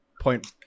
Point